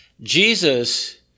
Jesus